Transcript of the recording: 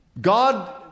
God